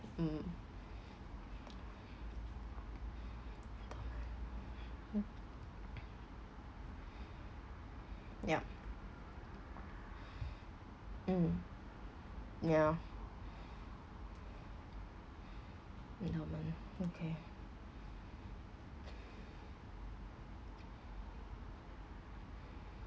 mm yup mm ya endowment okay